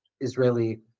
Israeli